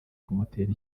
kumutera